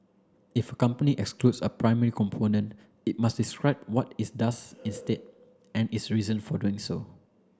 if a company excludes a primary component it must describe what it does instead and its reason for doing so